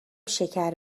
شکر